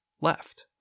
left